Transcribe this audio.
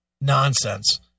nonsense